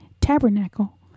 Tabernacle